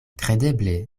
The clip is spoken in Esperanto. kredeble